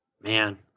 man